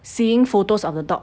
seeing photos of the dog